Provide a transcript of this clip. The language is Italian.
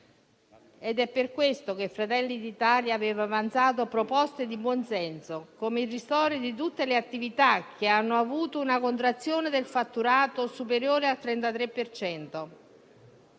Per questo Fratelli d'Italia aveva avanzato proposte di buonsenso, come il ristoro di tutte le attività che hanno avuto una contrazione del fatturato superiore al 33